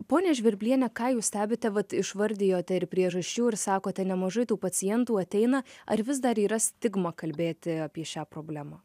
ponia žvirbliene ką jūs stebite vat išvardijote ir priežasčių ir sakote nemažai tų pacientų ateina ar vis dar yra stigma kalbėti apie šią problemą